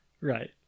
Right